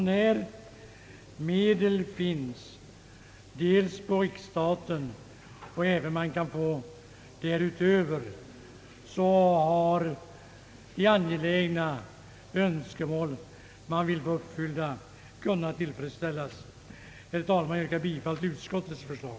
När det alltså finns medel på riksstaten och när det finns möjlighet att få ytterligare medel för detta ändamål, kan de angelägna önskemål som det här gäller tillgodoses. Herr talman! Jag yrkar bifall till utskottets förslag.